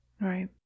Right